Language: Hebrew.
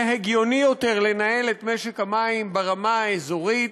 הגיוני יותר לנהל את משק המים ברמה האזורית,